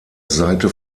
seite